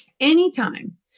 Anytime